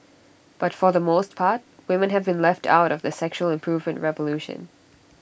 but for the most part women have been left out of the sexual improvement revolution